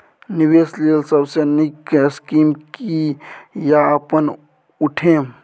निवेश लेल सबसे नींक स्कीम की या अपन उठैम?